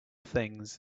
things